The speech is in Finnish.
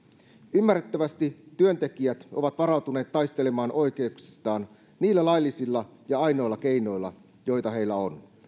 ymmärrettävästi työntekijät ovat varautuneet taistelemaan oikeuksistaan niillä laillisilla ja ainoilla keinoilla joita heillä on